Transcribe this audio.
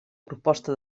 proposta